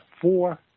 four